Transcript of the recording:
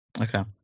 Okay